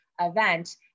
event